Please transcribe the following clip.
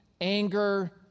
anger